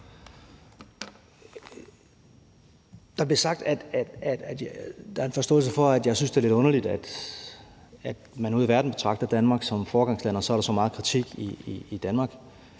Der bliver sagt, at man har forståelse for, hvis jeg synes, det er lidt underligt, at man ude i verden betragter Danmark som et foregangsland, mens der så er så meget kritik her i Danmark.